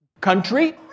country